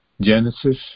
Genesis